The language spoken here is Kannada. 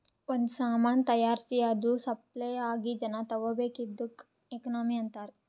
ಒಂದ್ ಸಾಮಾನ್ ತೈಯಾರ್ಸಿ ಅದು ಸಪ್ಲೈ ಆಗಿ ಜನಾ ತಗೋಬೇಕ್ ಇದ್ದುಕ್ ಎಕನಾಮಿ ಅಂತಾರ್